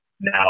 now